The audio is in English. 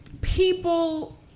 people